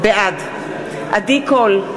בעד עדי קול,